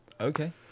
Okay